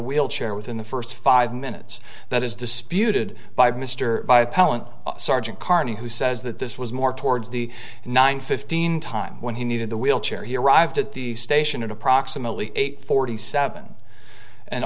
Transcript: wheelchair within the first five minutes that is disputed by mr by appellant sergeant carney who says that this was more towards the nine fifteen time when he needed the wheelchair he arrived at the station at approximately eight forty seven an